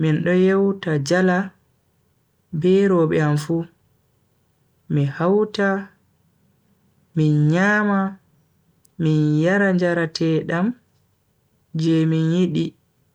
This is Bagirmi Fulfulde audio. min do yewta jala be robe am fu mi hauta min nyama min yara njaratedam je min yidi.